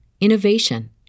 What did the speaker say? innovation